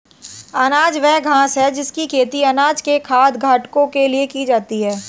अनाज वह घास है जिसकी खेती अनाज के खाद्य घटकों के लिए की जाती है